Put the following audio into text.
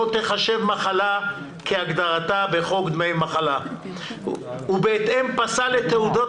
לא תיחשב מחלה כהגדרתה בחוק דמי מחלה ובהתאם פסל את תעודות